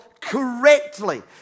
correctly